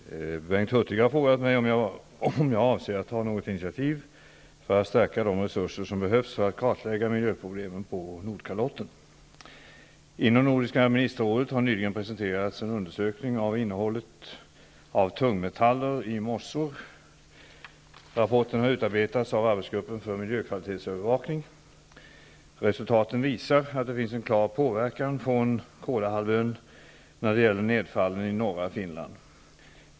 Herr talman! Bengt Hurtig har frågat mig om jag avser att ta något initiativ för att förstärka de resurser som behövs för att kartlägga miljöproblemen på Nordkalotten. Inom Nordiska ministerrådet har nyligen presenterats en undersökning av innehållet av tungmetaller i mossor. Rapporten har utarbetats av arbetsgruppen för miljökvalitetsövervakning. Resultaten visar att det finns en klar påverkan från Kolahalvön när det gäller nedfallen i norra Finland.